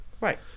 Right